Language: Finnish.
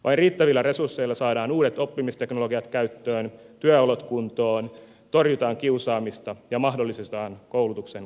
vain riittävillä resursseilla saadaan uudet oppimisteknologiat käyttöön työolot kuntoon torjutaan kiusaamista ja mahdollistetaan koulutuksen kehittäminen